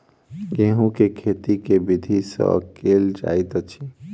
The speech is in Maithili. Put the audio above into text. गेंहूँ केँ खेती केँ विधि सँ केल जाइत अछि?